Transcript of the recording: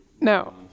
no